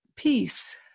peace